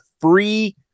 free